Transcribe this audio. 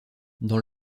dans